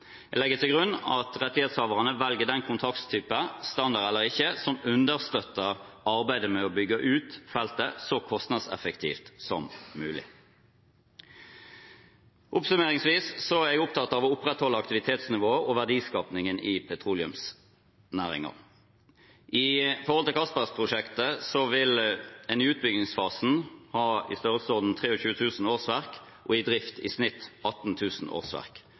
Jeg legger til grunn at rettighetshaverne velger den kontraktstype – standard eller ikke – som understøtter arbeidet med å bygge ut feltet så kostnadseffektivt som mulig. For å oppsummere: Jeg er opptatt av å opprettholde aktivitetsnivået og verdiskapingen i petroleumsnæringen. I Johan Castberg-prosjektet vil en i utbyggingsfasen ha i størrelsesorden 23 000 årsverk og i drift i snitt 18 000 årsverk.